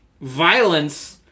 Violence